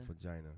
Vagina